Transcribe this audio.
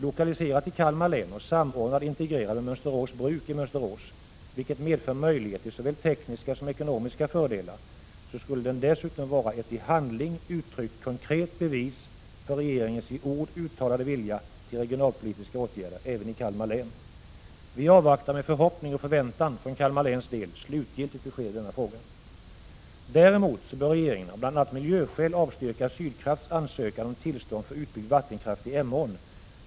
Lokaliserad till Kalmar län samt samordnad och integrerad med Mönsterås Bruk i Mönsterås, vilket medför möjlighet till såväl tekniska som ekonomiska fördelar, skulle den dessutom vara ett i handling uttryckt konkret bevis för regeringens i ord uttalade vilja till regionalpolitiska åtgärder — även i Kalmar län. Med förhoppning och förväntan avvaktar vi i Kalmar län slutgiltigt besked i denna fråga. Däremot bör regeringen av bl.a. miljöskäl avstyrka Sydkrafts ansökan om tillstånd för utbyggd vattenkraft i Emån.